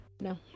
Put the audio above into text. no